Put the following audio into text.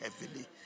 heavily